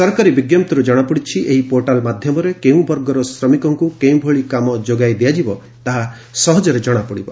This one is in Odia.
ସରକାରୀ ବିଙ୍କପ୍ତିରୁ ଜଣାପଡ଼ିଛି ଏହି ପୋର୍ଟାଲ ମାଧ୍ୟମରେ କେଉଁ ବର୍ଗର ଶ୍ରମିକଙ୍କୁ କେଉଁଭଳି କାମ ଯୋଗାଇ ଦିଆଯିବ ତାହା ସହଜରେ ଜଣାପଡ଼ିବ